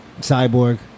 Cyborg